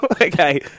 Okay